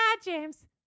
James